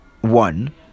one